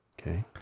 Okay